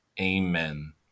Amen